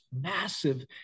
massive